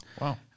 Wow